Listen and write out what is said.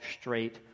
straight